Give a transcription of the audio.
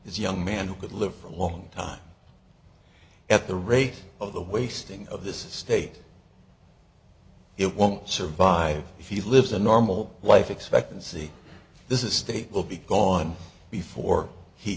is young man who could live for a long time at the rate of the wasting of this estate it won't survive if he lives a normal life expectancy this estate will be gone before he